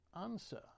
answer